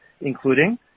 including